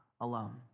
alone